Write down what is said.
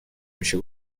میشه